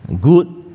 good